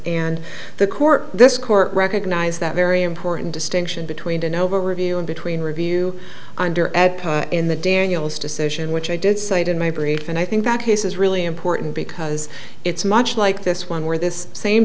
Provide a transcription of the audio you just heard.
and the court this court recognized that very important distinction between an overview and between review under add in the daniels decision which i did cite in my brief and i think that case is really important because it's much like this one where this same